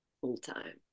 full-time